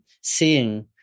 seeing